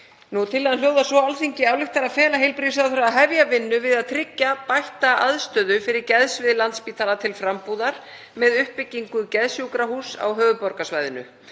Tillagan hljóðar svo: „Alþingi ályktar að fela heilbrigðisráðherra að hefja vinnu við að tryggja bætta aðstöðu fyrir geðsvið Landspítala til frambúðar með uppbyggingu geðsjúkrahúss á höfuðborgarsvæðinu.